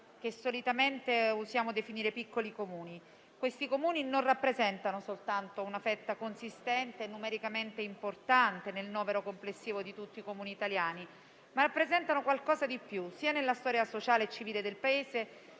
che solitamente usiamo definire piccoli Comuni. Questi Comuni non rappresentano soltanto una fetta consistente e numericamente importante nel novero complessivo di tutti i Comuni italiani, ma rappresentano qualcosa di più, sia nella storia sociale e civile del Paese